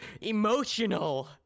emotional